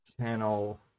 channel